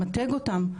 למתג אותם,